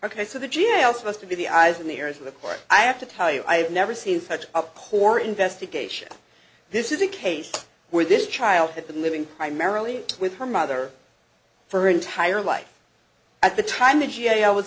ok so the g a o supposed to be the eyes and ears of the court i have to tell you i've never seen such a core investigation this is a case where this child had been living primarily with her mother for her entire life at the time the g a o was